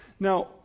Now